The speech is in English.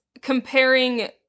Comparing